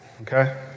okay